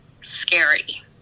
scary